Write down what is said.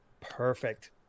perfect